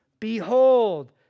Behold